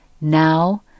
Now